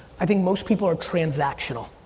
i think most people are transactional.